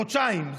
חודשיים.